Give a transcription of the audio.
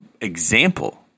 example